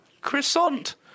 Croissant